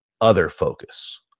other-focus